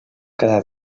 quedar